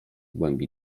głębi